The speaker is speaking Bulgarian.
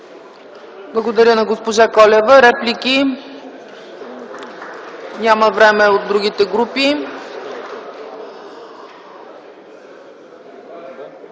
Благодаря на госпожа Колева. Реплики? Няма време от другите групи.